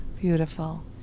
Beautiful